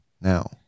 Now